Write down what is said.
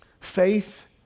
Faith